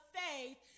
faith